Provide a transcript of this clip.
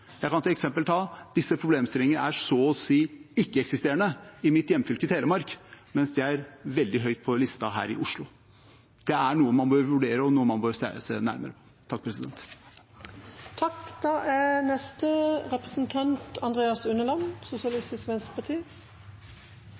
disse problemstillingene så å si ikke-eksisterende i mitt hjemfylke Telemark, mens de er veldig høyt på listen her i Oslo. Det er noe man bør vurdere, og noe man bør se nærmere på. Det er ingen i denne salen utenom Fremskrittspartiet som har påstått at norsk politi er